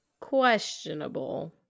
questionable